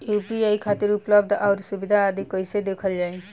UPI खातिर उपलब्ध आउर सुविधा आदि कइसे देखल जाइ?